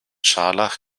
scharlach